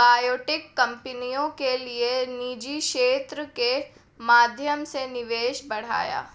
biotech कंपनियों के लिए निजी क्षेत्र के माध्यम से निवेश बढ़ाया